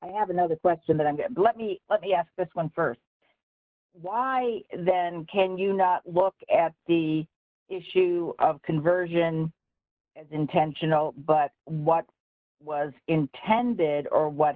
i have another question but i'm going to let me let me ask this one st why then can you not look at the issue of conversion is intentional but what was intended or what